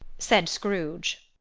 said scrooge.